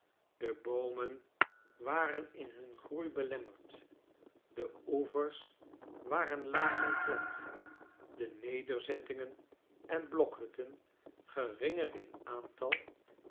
de boomen waren in hun groei belemmerd de oevers waren laag en plat de nederzettingen en blokhutten geringer in aantal